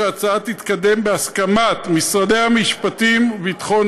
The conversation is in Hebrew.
שההצעה תתקדם בהסכמת משרד המשפטים והמשרד לביטחון